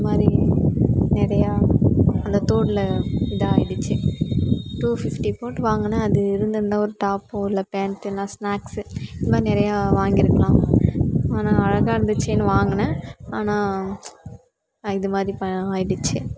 இது மாதிரி நிறையா அந்த தோடில் இதாகிடுச்சி டூ ஃபிஃப்டி போட்டு வாங்கினேன் அது இருந்திருந்தால் ஒரு டாப்போ இல்லை பேண்டு இல்லைன்னா ஸ்நாக்ஸ்ஸு இது மாதிரி நிறையா வாங்கியிருக்கலாம் ஆனால் அழகாக இருந்துச்சேன்னு வாங்கினேன் ஆனால் இது மாதிரி ப ஆயிடுச்சு